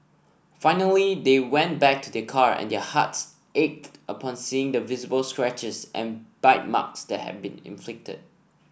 finally they went back to their car and their hearts ached upon seeing the visible scratches and bite marks that had been inflicted